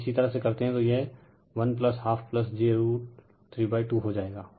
यदि इसी तरह करते हैंतो यह 1हाफj रूट 32 हो जाएगा